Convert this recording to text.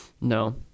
No